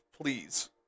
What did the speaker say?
please